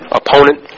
opponent